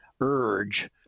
urge